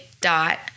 dot